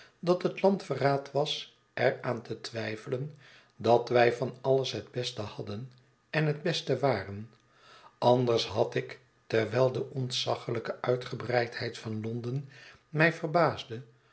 dat het landverraad was er aan te twijfelen dat wij van alles het beste hadden en het beste waren anders had ik terwijl de ontzaglijke uitgebreidheid van